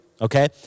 okay